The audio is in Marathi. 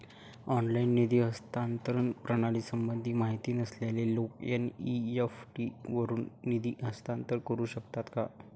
ऑनलाइन निधी हस्तांतरण प्रणालीसंबंधी माहिती नसलेले लोक एन.इ.एफ.टी वरून निधी हस्तांतरण करू शकतात का?